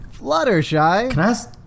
Fluttershy